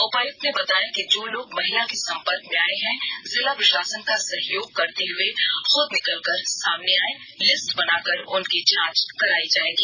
उपायुक्त ने बताया कि जो लोग महिला के संपर्क में आए हैं जिला प्रशासन का सहयोग करते हुए खूद निकल कर सामने आए लिस्ट बनाकर उनकी जांच कराएगी जाएगी